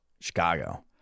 Chicago